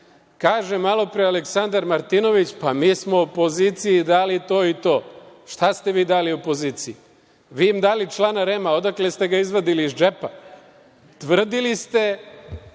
Kaže malopre Aleksandar Martinović – pa, mi smo opoziciji dali to i to. Šta ste vi dali opoziciji? Vi im dali člana REM-a, odakle ste ga izvadili, iz džepa? Tvrdili ste